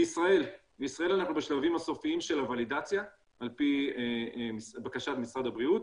בישראל אנחנו בשלבים הסופיים של הוולידציה על פי בקשת משרד הבריאות